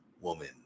woman